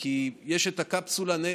כי יש את הקפסולה.